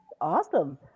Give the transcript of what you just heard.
awesome